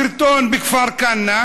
הסרטון בכפר-כנא